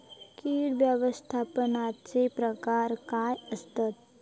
कीड व्यवस्थापनाचे प्रकार काय आसत?